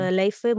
life